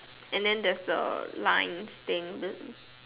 and then there's a lines thing